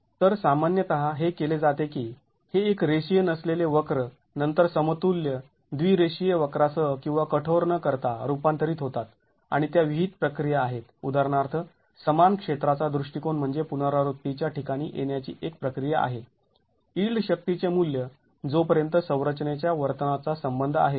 तर सामान्यतः हे केले जाते की हे एक रेषीय नसलेले वक्र नंतर समतुल्य द्वि रेषीय वक्रासह किंवा कठोर न करता रूपांतरित होतात आणि त्या विहित प्रक्रिया आहेत उदाहरणार्थ समान क्षेत्राचा दृष्टिकोन म्हणजे पुनरावृत्ती च्या ठिकाणी येण्याची एक प्रक्रिया आहे यिल्ड शक्तीचे मूल्य जोपर्यंत संरचनेच्या वर्तनाचा संबंध आहे